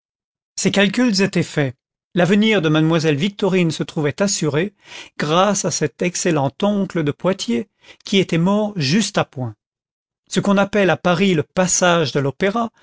generated at faits l'avenir de mademoiselle victorine se trouvait assuré grâce à cet excellent oncle de poitiers qui était mort juste à point ce qu'on appelle à paris le passage de l'opéra